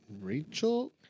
Rachel